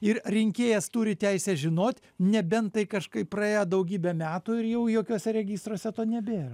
ir rinkėjas turi teisę žinot nebent tai kažkaip praėjo daugybę metų ir jau jokiuose registruose to nebėra